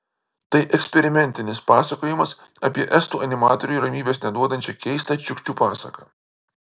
tai eksperimentinis pasakojimas apie estų animatoriui ramybės neduodančią keistą čiukčių pasaką